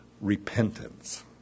repentance